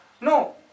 No